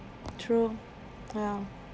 true ya